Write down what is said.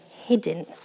hidden